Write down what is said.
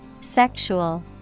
Sexual